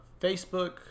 facebook